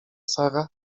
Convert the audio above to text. sara